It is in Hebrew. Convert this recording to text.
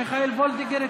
מיכל וולדיגר,